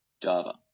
Java